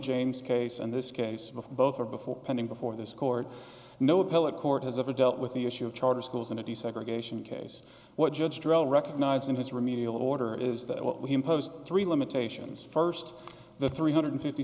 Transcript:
james case and this case of both or before pending before this court no appellate court has ever dealt with the issue of charter schools in a desegregation case what judge drell recognized in his remedial order is that what we imposed three limitations first the three hundred fifty